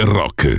rock